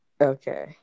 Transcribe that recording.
Okay